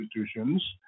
institutions